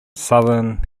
southern